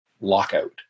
lockout